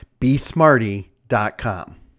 besmarty.com